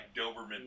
Doberman